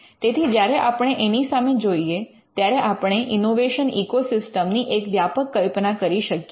તેથી જ્યારે આપણે એની સામે જોઈએ ત્યારે આપણે ઇનોવેશન ઇકોસિસ્ટમ ની એક વ્યાપક કલ્પના કરી શકીએ